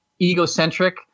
egocentric